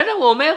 בסדר, הוא אומר.